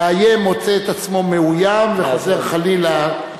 המאיים מוצא את עצמו מאוים וחוזר חלילה.